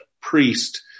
priest